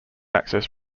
access